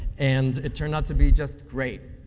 and it turned out to be just great.